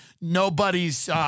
nobody's